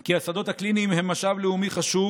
כי השדות הקליניים הם משאב לאומי חשוב